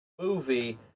movie